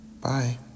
bye